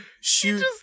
shoot